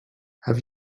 have